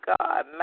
God